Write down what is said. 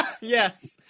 yes